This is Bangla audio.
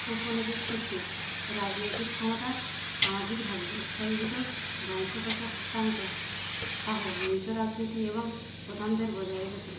উপনিবেশ শক্তি রাজনৈতিক ক্ষমতার সামাজিকভাবে স্তরীভূত বংশগত হস্তান্তর সহ মিজো রাজনীতি এবং প্রধানদের বজায় রেখেছিলো